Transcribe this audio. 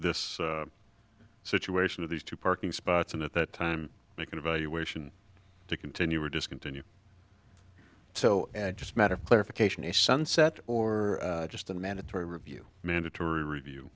this situation of these two parking spots and at that time make an evaluation to continue or discontinue so just matter of clarification a sunset or just a mandatory review mandatory review